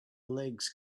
legs